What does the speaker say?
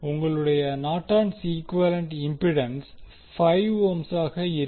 உங்களுடைய Norton's norton's equivalent impedance 5 ஓம்சாக இருக்கும்